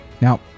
now